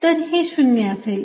तर हे 0 असेल